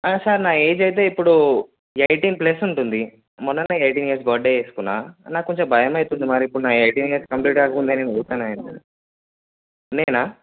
sir నా age అయితే ఇప్పుడు ఎయిటీన్ ప్లస్ ఉంటుంది మొన్ననే ఎయిటీన్ ఇయర్స్ బర్డే చేసుకున్న నాకు కొంచెం భయం అవుతుంది మరి ఇప్పుడు నా ఎయిటీన్ ఇయర్స్ కంప్లీట్ అవ్వక ముందే నేను పోతానా ఏంది అని నేను